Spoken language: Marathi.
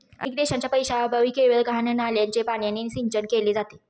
अनेक देशांत पैशाअभावी केवळ घाण नाल्याच्या पाण्याने सिंचन केले जाते